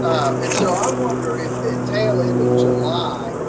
and so i wonder if the tale end of july,